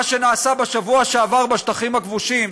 מה שנעשה בשבוע שעבר בשטחים הכבושים,